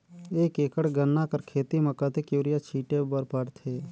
एक एकड़ गन्ना कर खेती म कतेक युरिया छिंटे बर पड़थे?